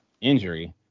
injury